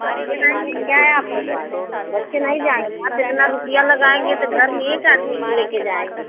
बच्चे नहीं हैं क्या आपके पास बच्चे नहीं जाएँगे आप इतना रुपये लगाएँगे तो घर में एक आदमी के ले के जाएँगे